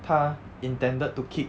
他 intended to kick